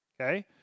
Okay